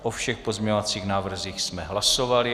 O všech pozměňovacích návrzích jsme hlasovali.